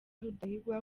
rudahigwa